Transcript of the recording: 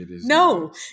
No